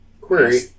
Query